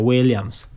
Williams